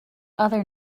other